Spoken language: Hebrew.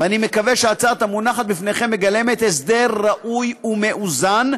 ואני מקווה שההצעה המונחת בפניכם מגלמת הסדר ראוי ומאוזן,